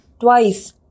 twice